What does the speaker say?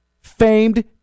famed